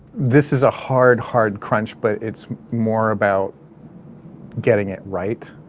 this is a hard, hard crunch but it's more about getting it right.